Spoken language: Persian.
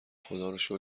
خداروشکر